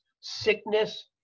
sickness